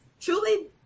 truly